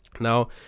Now